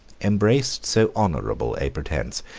embraced so honorable a pretence,